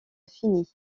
fini